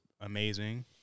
amazing